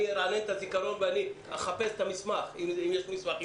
ארענן את זיכרוני ואחפש את המסמך, אם יש מסמך.